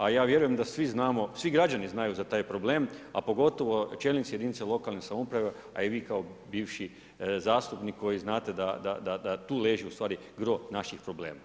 A vjerujem da svi građani znaju za taj problem, a pogotovo čelnici jedinica lokalne samouprave, a i vi kao bivši zastupnik koji znate da tu leži gro naših problema.